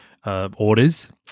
Orders